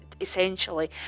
essentially